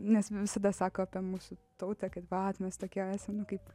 nes visada sako apie mūsų tautą kad vat mes tokie esame kaip